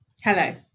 Hello